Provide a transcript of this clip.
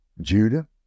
Judah